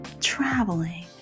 Traveling